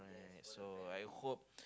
so I hope